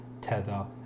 tether